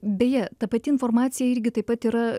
beje ta pati informacija irgi taip pat yra